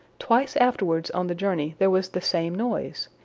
twice afterwards on the journey there was the same noise,